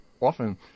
often